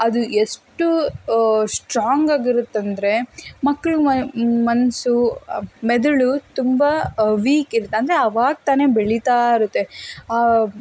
ಅದು ಎಷ್ಟು ಸ್ಟ್ರಾಂಗಾಗಿರುತ್ತಂದರೆ ಮಕ್ಳ ಮನಸ್ಸು ಮೆದುಳು ತುಂಬ ವೀಕ್ ಇರತ್ತೆ ಅಂದರೆ ಆವಾಗ ತಾನೇ ಬೆಳಿತಾ ಇರುತ್ತೆ